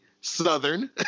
Southern